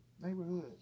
Neighborhood